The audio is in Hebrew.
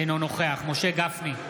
אינו נוכח משה גפני,